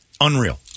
Unreal